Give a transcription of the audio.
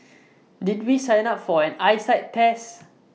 did we sign up for an eyesight test